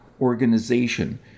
organization